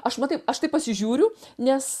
aš matai aš tai pasižiūriu nes